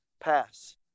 pass